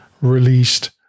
released